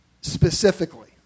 specifically